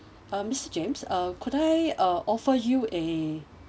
um mister james uh could I uh offer you a